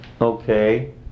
Okay